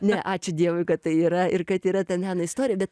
ne ačiū dievui kad tai yra ir kad yra ta meno istorija bet